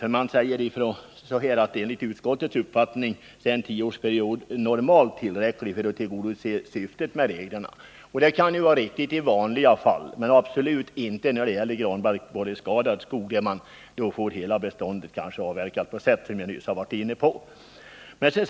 Utskottet säger: ”Enligt utskottets uppfattning är en tioårsperiod normalt tillräcklig för att tillgodose syftet med reglerna.” Det kan vara riktigt i vanliga fall men absolut inte när det gäller granbarkborreskadad skog, där man — på sätt som jag nyss varit inne på — kanske måste avverka hela beståndet på en gång.